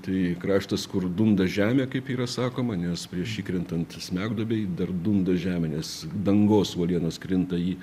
tai kraštas kur dunda žemė kaip yra sakoma nes prieš įkrintant smegduobėj dar bunda žemė nes dangos uolienos krinta į